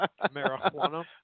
Marijuana